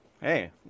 Hey